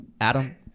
Adam